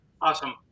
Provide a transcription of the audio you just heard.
Awesome